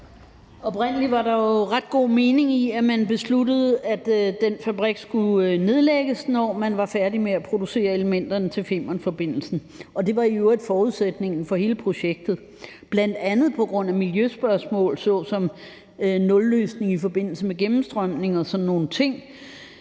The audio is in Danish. Oprindelig var der jo ret god mening i, at man besluttede, at den fabrik skulle nedlægges, når man var færdig med at producere elementerne til Femernforbindelsen, og det var i øvrigt forudsætningen for hele projektet, bl.a. på grund af miljøspørgsmål såsom nulløsning i forbindelse med gennemstrømning og sådan nogle ting.